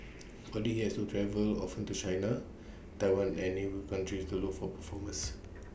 for they has to travel often to China Taiwan and neighbour countries to look for performers